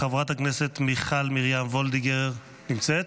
חברת הכנסת מיכל מרים ווֹלדיגר, נמצאת?